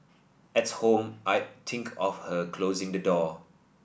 at home I'd think of her closing the door